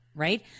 right